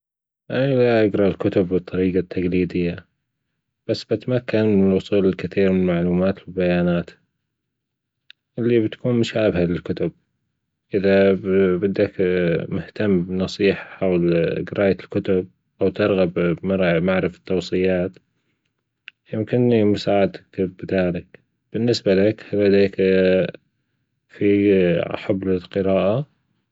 أقرا تقريبًا من عشرين إلى ثلاثين كتاب في السنة، وأظن إني قريت حوالي خمسمية إلى سبعمية كتاب بحياتي.